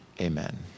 Amen